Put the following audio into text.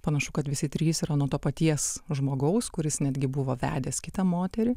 panašu kad visi trys yra nuo to paties žmogaus kuris netgi buvo vedęs kitą moterį